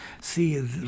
See